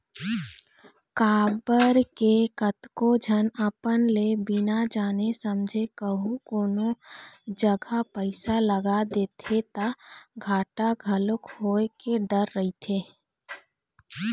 काबर के कतको झन अपन ले बिना जाने समझे कहूँ कोनो जघा पइसा लगा देथे ता घाटा घलोक होय के डर रहिथे